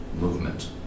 movement